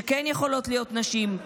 שכן יכולות להיות נשים.